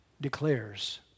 declares